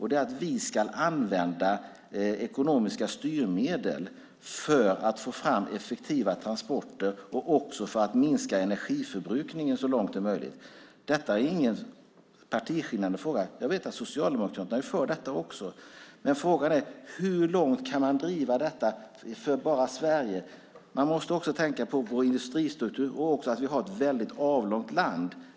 Det är att vi ska använda ekonomiska styrmedel för att få fram effektiva transporter och för att minska energiförbrukningen så långt det är möjligt. Detta är ingen partiskiljande fråga. Jag vet att Socialdemokraterna är för detta också. Men frågan är: Hur långt kan man driva detta bara i Sverige? Man måste också tänka på vår industristruktur och på att vi också har ett väldigt avlångt land.